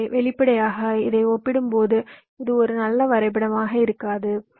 எனவே வெளிப்படையாக இதை ஒப்பிடும்போது இது ஒரு நல்ல வரைபடமாக இருக்காது